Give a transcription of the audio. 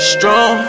Strong